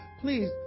Please